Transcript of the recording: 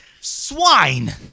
Swine